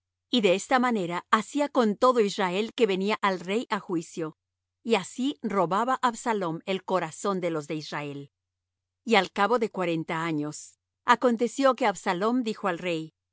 y de esta manera hacía con todo israel que venía al rey á juicio y así robaba absalom el corazón de los de israel y al cabo de cuarenta años aconteció que absalom dijo al rey yo